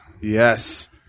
Yes